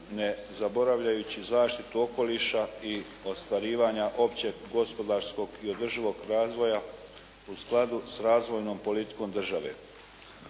ne zaboravljajući zaštitu okoliša i ostvarivanja općeg gospodarskog i održivog razvoja u skladu s razvojnom politikom države.